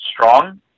strong